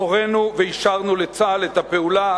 הוריני ואישרנו לצה"ל את הפעולה.